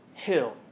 Hill